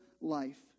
life